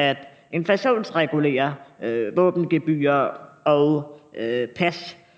bl.a. at inflationsregulere våbengebyrer og pas,